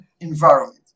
environment